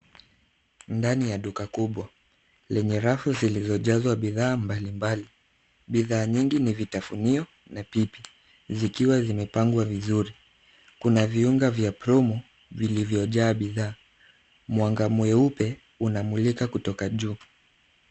Ndani ya duka kubwa lenye rafu zilizojazwa bidhaa mbalimbali. Bidhaa nyingi ni vitafunio na pipi zikiwa zimepangwa vizuri. Kuna viunga vya promo vilivyojaa bidhaa. Mwanga mweupe unamulika kutoka juu.